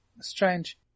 strange